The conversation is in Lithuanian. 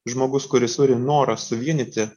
žmogus kuris turi norą suvienyti